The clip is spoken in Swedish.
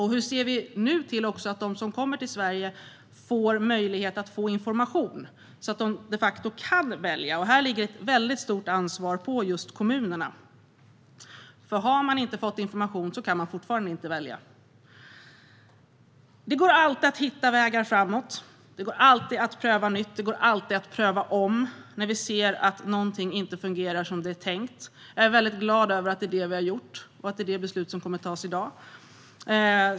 Hur ser vi nu till att de som kommer till Sverige får möjlighet att få information så att de faktiskt kan välja? Här ligger ett väldigt stort ansvar på just kommunerna, för har man inte fått information kan man fortfarande inte välja. Det går alltid att hitta vägar framåt, det går alltid att pröva nytt och det går alltid att ompröva när vi ser att någonting inte fungerar som det var tänkt. Jag är glad över att det är det vi har gjort och att det är detta beslut som kommer att fattas i dag.